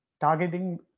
targeting